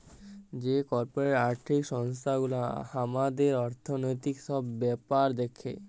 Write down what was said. যে কর্পরেট আর্থিক সংস্থান গুলা হামাদের অর্থনৈতিক সব ব্যাপার দ্যাখে